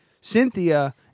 Cynthia